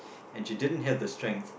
and she didn't have the strength